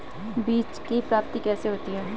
बीज की प्राप्ति कैसे होती है?